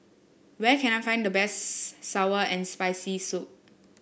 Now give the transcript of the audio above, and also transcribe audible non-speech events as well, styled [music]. where can I find the best [unintelligible] sour and Spicy Soup